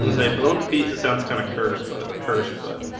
they but don't repeat that sounds kind of curse but cursed but